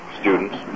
students